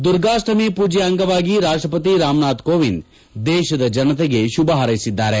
ದುರ್ಗಾಷ್ಠಮಿ ಪೂಜೆಯ ಅಂಗವಾಗಿ ರಾಷ್ಷಪತಿ ರಾಮನಾಥ್ ಕೋವಿಂದ್ ದೇಶದ ಜನತೆಗೆ ಶುಭ ಹಾರೈಸಿದ್ದಾರೆ